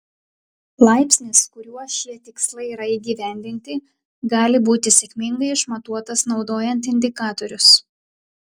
laipsnis kuriuo šie tikslai yra įgyvendinti gali būti sėkmingai išmatuotas naudojant indikatorius